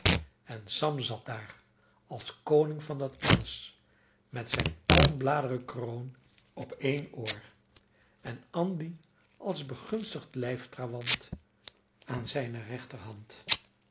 en sam zat daar als koning van dat alles met zijne palmbladeren kroon op een oor en andy als begunstigd lijftrawant aan zijne rechterhand